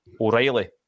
O'Reilly